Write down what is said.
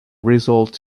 results